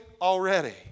already